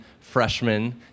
freshman